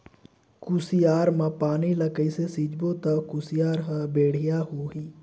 कुसियार मा पानी ला कइसे सिंचबो ता कुसियार हर बेडिया होही?